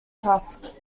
tusks